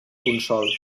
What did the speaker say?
consol